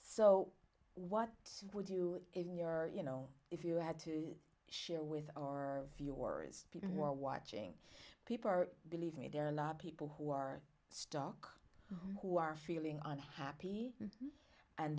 so what would you in your you know if you had to share with or viewers people more watching people are believe me there are people who are still who are feeling on happy and